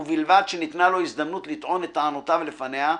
ובלבד שניתנה לו הזדמנות לטעון את טענותיו לפניה,